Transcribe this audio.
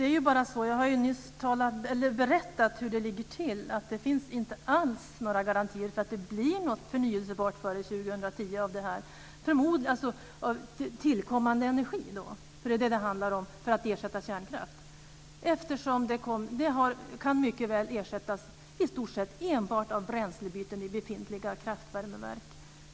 Fru talman! Jag har nyss berättat hur det ligger till: Det finns inte alls några garantier för att det blir något förnyelsebart före 2010 av det här. Det gäller då tillkommande energi för att ersätta kärnkraft. Den kan mycket väl ersättas i stort sett enbart av bränslebyten i befintliga kraftvärmeverk.